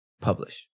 publish